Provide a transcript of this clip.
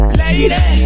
lady